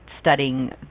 studying